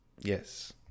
yes